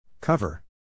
Cover